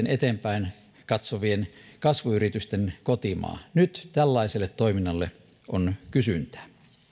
eteenpäin katsovien kasvuyritysten kotimaa nyt tällaiselle toiminnalle on kysyntää